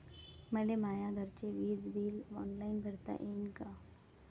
मले माया घरचे विज बिल ऑनलाईन भरता येईन का?